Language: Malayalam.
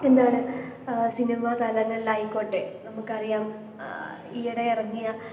എന്താണ് സിനിമ തലങ്ങളിലായിക്കോട്ടെ നമുക്കറിയാം ഈയിടെ ഇറങ്ങിയ